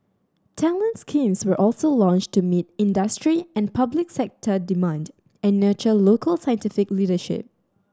talent schemes were also launched to meet industry and public sector demand and nurture local scientific leadership